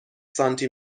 سانتی